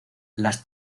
las